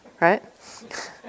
Right